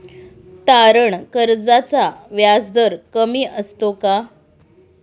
तारण कर्जाचा व्याजदर कमी असतो का?